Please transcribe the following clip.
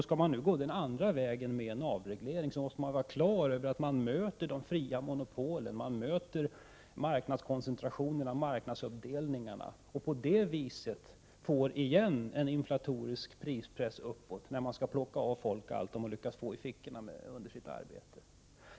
Skall man nu gå den andra vägen med en avreglering, måste man vara klar över att man möter de fria monopolen, marknadskoncentrationerna och marknadsuppdelningarna. På det viset får man en inflatorisk prispress uppåt, när man skall plocka av folk allt de lyckats tjäna och få i fickorna av sitt arbete.